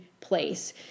place